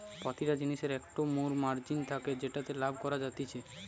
প্রতিটা জিনিসের একটো মোর মার্জিন থাকে যেটাতে লাভ করা যাতিছে